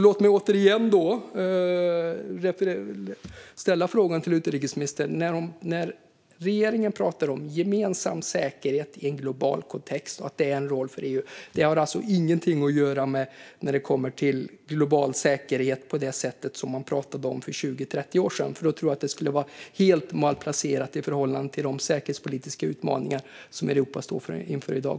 Låt mig återigen ställa frågan till utrikesministern: När regeringen pratar om gemensam säkerhet i en global kontext och att det är en roll för EU, har det alltså ingenting att göra med global säkerhet på det sätt man pratade om för 20-30 år sedan? Det tror jag skulle vara helt malplacerat i förhållande till de säkerhetspolitiska utmaningar som Europa står inför i dag.